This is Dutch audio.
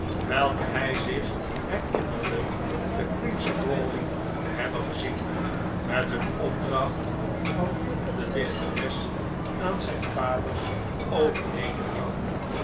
welke hij zich herinnerde te queen's crawley te hebben gezien met een opdracht van de dichteres aan zijn vaders overleden vrouw